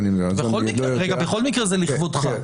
בכל מקרה זה לכבודך.